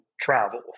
travel